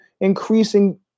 increasing